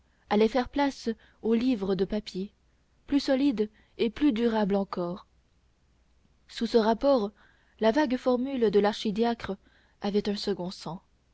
allait faire place au livre de papier plus solide et plus durable encore sous ce rapport la vague formule de l'archidiacre avait un second sens